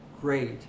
Great